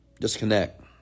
disconnect